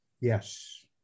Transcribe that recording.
Yes